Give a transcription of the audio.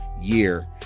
year